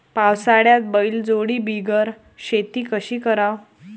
पावसाळ्यात बैलजोडी बिगर शेती कशी कराव?